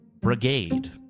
Brigade